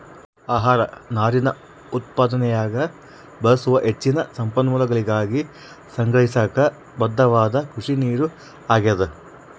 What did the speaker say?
ಆಹಾರ ನಾರಿನ ಉತ್ಪಾದನ್ಯಾಗ ಬಳಸಲು ಹೆಚ್ಚಿನ ಸಂಪನ್ಮೂಲಗಳಿಗಾಗಿ ಸಂಗ್ರಹಿಸಾಕ ಬದ್ಧವಾದ ಕೃಷಿನೀರು ಆಗ್ಯಾದ